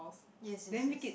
yes yes yes